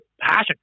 Passion